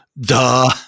duh